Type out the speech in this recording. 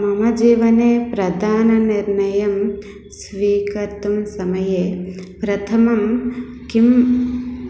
मम जीवने प्रधाननिर्णयं स्वीकर्तुं समये प्रथमं किम्